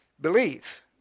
believe